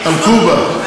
על קובה.